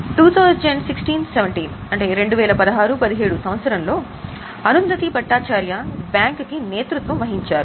2016 17 సంవత్సరంలో అరుంధతి భట్టాచార్య బ్యాంక్ కి నేతృత్వం వహించారు